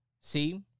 See